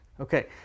Okay